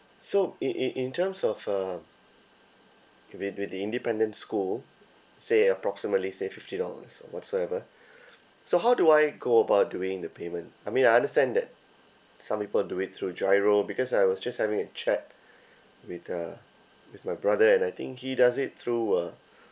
so in in in terms of uh with with the independent school say approximately say fifty dollars or whatsoever so how do I go about doing the payment I mean I understand that some people do it through giro because I was just having a check with uh with my brother and I think he does it through uh